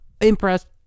impressed